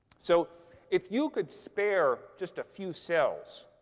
so if you could spare just a few cells,